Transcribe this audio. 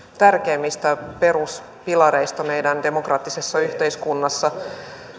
tärkeimmistä peruspilareista meidän demokraattisessa yhteiskunnassa